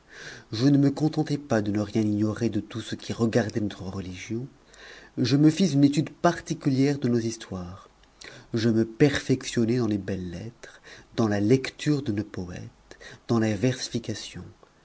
je ne me contentai pas de ne rien ignorer de tout ce qui regardait notre religion je me fis une étude particulière de nos histoires je me perfectionnai dans les belles-lettres dans la lecture de nos poètes dans la